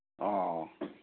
ꯑꯣ